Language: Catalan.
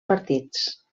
partits